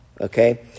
okay